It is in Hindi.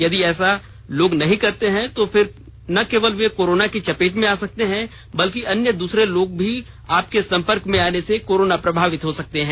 यदि लोग ऐसा नहीं कर सके तो फिर न केवल वे कोरोना की चपेट में आ सकते है बल्कि अन्य दूसरे लोग भी आपके संपर्क में आने से कोरोना प्रभावित हो सकते हैं